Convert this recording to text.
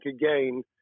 again